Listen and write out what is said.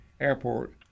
Airport